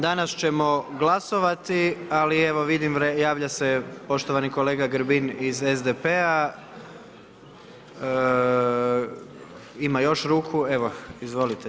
Danas ćemo glasovati ali evo vidim javlja se poštovani kolega Grbin iz SDP-a, ima još ruku, evo izvolite.